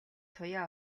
туяа